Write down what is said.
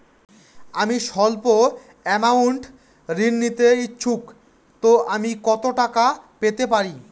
আমি সল্প আমৌন্ট ঋণ নিতে ইচ্ছুক তো আমি কত টাকা পেতে পারি?